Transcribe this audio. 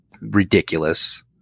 ridiculous